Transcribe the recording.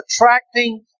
attracting